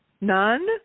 none